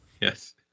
Yes